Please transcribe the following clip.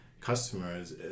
customers